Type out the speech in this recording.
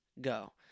go